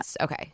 Okay